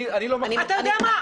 אני לא --- אתה יודע מה?